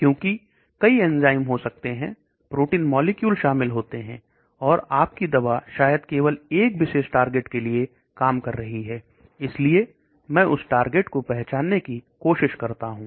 क्योंकि कई हो सकते हैं शामिल होते हैं और आप की दवा शायद केवल एक विशेष टारगेट के लिए काम कर रही है इसलिए मैं उस टारगेट को पहचानने की कोशिश करता हूं